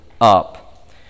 up